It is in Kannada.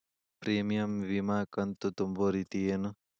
ಪ್ರೇಮಿಯಂ ವಿಮಾ ಕಂತು ತುಂಬೋ ರೇತಿ ಏನು?